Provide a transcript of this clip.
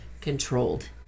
controlled